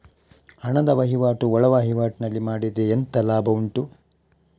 ಹಣದ ವಹಿವಾಟು ಒಳವಹಿವಾಟಿನಲ್ಲಿ ಮಾಡಿದ್ರೆ ಎಂತ ಲಾಭ ಉಂಟು?